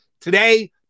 today